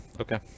Okay